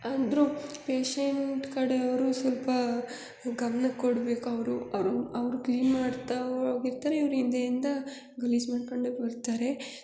ಆದರೂ ಪೇಶಂಟ್ ಕಡೆಯವರು ಸ್ವಲ್ಪ ಗಮನ ಕೊಡ್ಬೇಕು ಅವರು ಅವರು ಅವ್ರು ಕ್ಲೀನ್ ಮಾಡ್ತಾ ಹೋಗಿರ್ತಾರೆ ಇವ್ರು ಹಿಂದೆಯಿಂದ ಗಲೀಜು ಮಾಡ್ಕೊಂಡೇ ಬರ್ತಾರೆ